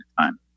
time